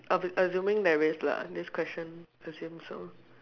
a~ assuming there is lah this question assumes so